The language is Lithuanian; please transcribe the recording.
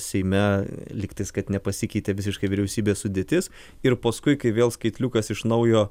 seime lygtais kad nepasikeitė visiškai vyriausybės sudėtis ir paskui kai vėl skaitliukas iš naujo